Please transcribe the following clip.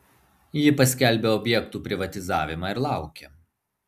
ji paskelbia objektų privatizavimą ir laukia